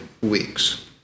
weeks